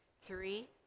Three